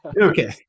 Okay